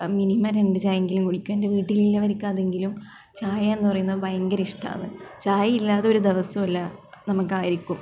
minimum രണ്ട് ചായയെങ്കിലും കുടിക്കും എന്റെ വീട്ടിലുള്ളവര്ക്കാണെങ്കിലും ചായയെന്ന് പറയുന്നത് ഭയങ്കര ഇഷ്ടമാന്ന് ചായ ഇല്ലാതെ ഒരു ദിവസവും ഇല്ല നമുക്കാര്ക്കും